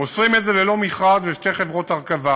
מוסרים את זה ללא מכרז לשתי חברות הרכבה,